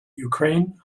ukraine